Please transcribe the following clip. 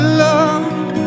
love